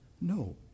No